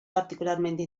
particularmente